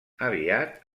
aviat